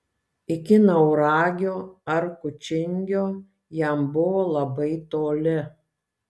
iki nauragio ar kučingio jam buvo labai toli